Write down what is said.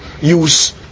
use